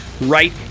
right